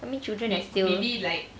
I mean children are still